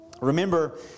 Remember